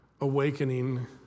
awakening